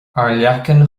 airleacain